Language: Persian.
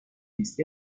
نیست